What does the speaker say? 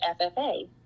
FFA